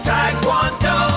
Taekwondo